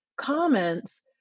comments